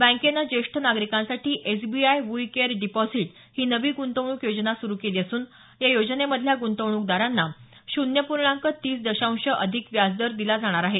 बँकेनं ज्येष्ठ नागरिकांसाठी एसबीआय वूई केअर डिपॉझिट ही नवी गृंतवणूक योजना सुरू केली असुन या योजनेमधल्या गृंतवणूकदारांना शून्य पूर्णांक तीस दशांश अधिक व्याजदर दिला जाणार आहे